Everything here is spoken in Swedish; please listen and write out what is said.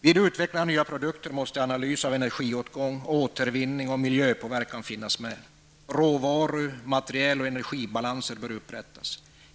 Vid utveckling av nya produkter måste analys av energiåtgång, återvinning och miljöpåverkan finnas med. Råvaru-, materiel och energibalanser bör upprättas.